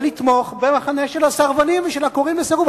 לתמוך במחנה של הסרבנים ושל הקוראים לסירוב?